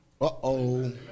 Uh-oh